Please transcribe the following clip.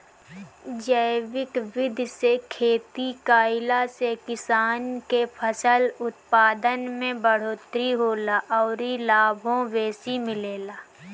जैविक विधि से खेती कईला से किसान के फसल उत्पादन में बढ़ोतरी होला अउरी लाभो बेसी मिलेला